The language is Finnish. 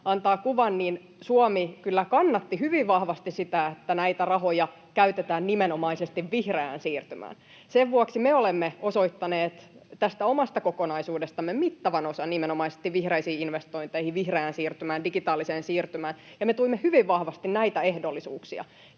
antaa kuvan — Suomi kyllä kannatti hyvin vahvasti sitä, että näitä rahoja käytetään nimenomaisesti vihreään siirtymään. Sen vuoksi me olemme osoittaneet tästä omasta kokonaisuudestamme mittavan osan nimenomaisesti vihreisiin investointeihin, vihreään siirtymään ja digitaaliseen siirtymään, ja me tuimme hyvin vahvasti näitä ehdollisuuksia.